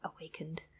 awakened